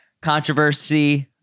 controversy